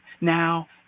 now